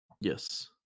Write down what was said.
Yes